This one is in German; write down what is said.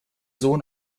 sohn